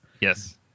yes